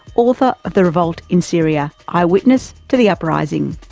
author of the revolt in syria eyewitness to the uprising.